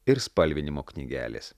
ir spalvinimo knygelės